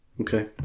Okay